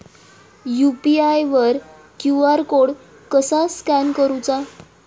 UPI वर QR code कसा scan करूचा?